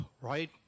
Right